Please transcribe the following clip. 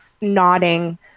nodding